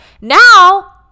Now